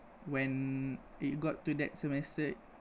when it got to that semester